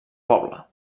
poble